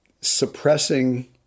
suppressing